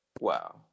wow